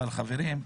אבל חברים,